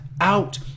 out